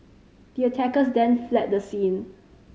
the attackers then fled the scene